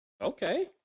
Okay